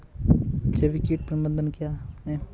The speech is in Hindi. जैविक कीट प्रबंधन क्या है?